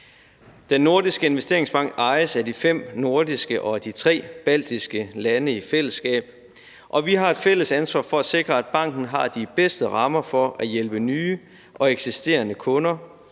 Den Nordiske Investeringsbank ejes af de fem nordiske og af de tre baltiske lande i fællesskab, og vi har et fælles ansvar for at sikre, at banken har de bedste rammer for at hjælpe nye og eksisterende kunder